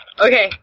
Okay